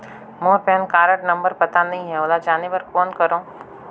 मोर pan card number पता नहीं है, ओला जाने बर कौन करो?